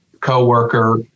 co-worker